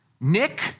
Nick